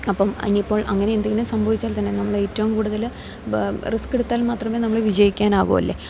അപ്പം ഇനി ഇപ്പോൾ അങ്ങനെ എന്തെങ്കിലും സംഭവിച്ചാൽ തന്നെ നമ്മൾ ഏറ്റവും കൂടുതൽ ബ റിസ്ക് എടുത്താൽ മാത്രമേ നമ്മൾ വിജയിക്കാനാവുവല്ലേ